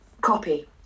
Copy